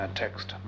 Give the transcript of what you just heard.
text